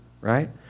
right